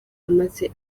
amaze